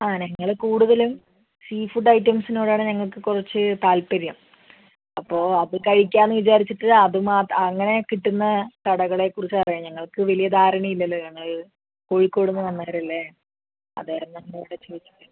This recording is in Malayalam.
ആ ഞങ്ങൾ കൂടുതലും സീഫുഡ് ഐറ്റംസിനോട് ആണ് ഞങ്ങൾക്ക് കുറച്ച് താൽപര്യം അപ്പോ അത് കഴിക്കാമെന്ന് വിചാരിച്ചിട്ട് അതുമാത്രം അങ്ങനെ കിട്ടുന്ന കടകളെ കുറിച്ച് അറിയാൻ ഞങ്ങൾക്ക് വലിയ ധാരണയില്ലല്ലോ ഞങ്ങൾ കോഴിക്കോടുന്ന് വന്നവരല്ലേ അതുകാരണം ഒന്നുകൂടെ ചോദിച്ചിട്ട്